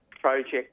project